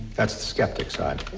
that's the skeptic side.